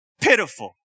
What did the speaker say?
pitiful